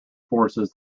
forces